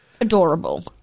Adorable